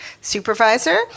Supervisor